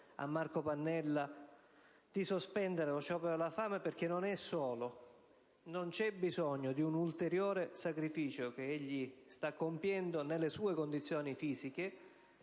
a Marco Pannella affinché sospenda lo sciopero della fame, perché non è solo: non c'è bisogno di un ulteriore sacrificio che egli sta compiendo nelle sue condizioni fisiche